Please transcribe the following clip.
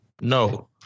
No